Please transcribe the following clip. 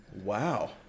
Wow